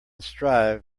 strive